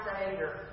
Savior